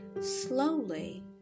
Slowly